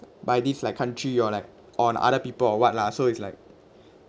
by this like country or like on other people or what lah so it's like